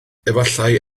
efallai